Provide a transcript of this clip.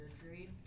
surgery